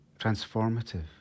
Transformative